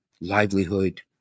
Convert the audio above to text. livelihood